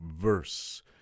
Verse